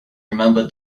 remembered